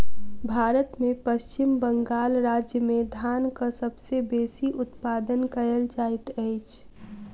भारत में पश्चिम बंगाल राज्य में धानक सबसे बेसी उत्पादन कयल जाइत अछि